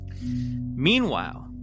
Meanwhile